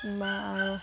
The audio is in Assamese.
বা